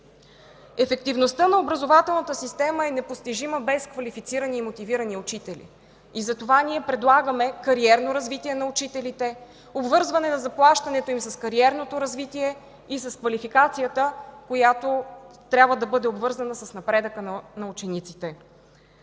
Ефективността на образователната система е непостижима без квалифицирани и мотивирани учители. Затова предлагаме кариерно развитие на учителите, обвързване на заплащането им с кариерното развитие и с квалификацията, която трябва да бъде обвързана с напредъка на учениците.